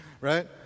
right